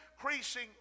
increasing